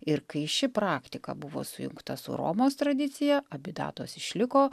ir kai ši praktika buvo sujungta su romos tradicija abi datos išliko